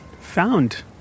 found